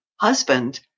husband